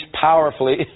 powerfully